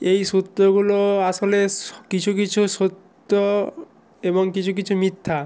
এই সূত্রগুলো আসলে স কিছু কিছু সত্য এবং কিছু কিছু মিথ্যা